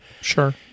Sure